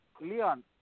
Leon